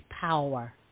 power